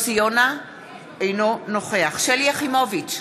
אינו נוכח שלי יחימוביץ,